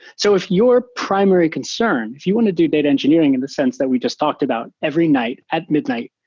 so if your primary concern, if you want to do data engineering in the sense that we just talked about, every night at midnight,